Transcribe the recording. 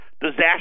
disaster